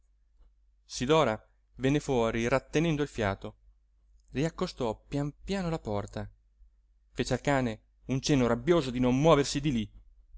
luna sidora venne fuori rattenendo il fiato riaccostò pian piano la porta fece al cane un cenno rabbioso di non muoversi di lí